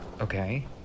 Okay